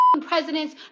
presidents